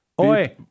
oi